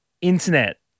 internet